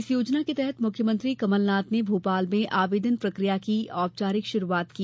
इस योजना के तहत मुख्यमंत्री कमलनाथ ने भोपाल में आवेदन प्रकिया की औपचारिक शुरूआत की